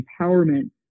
empowerment